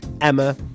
Emma